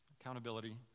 Accountability